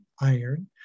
Iron